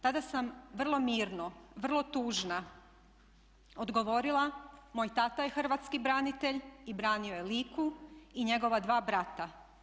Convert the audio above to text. Tada sam vrlo mirno, vrlo tužna odgovorila, moj tata je hrvatski branitelj i branio je Liku i njegova dva brata.